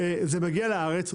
הוא מגיע לארץ,